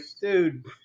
dude